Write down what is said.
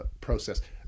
process